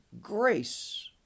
grace